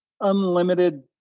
unlimited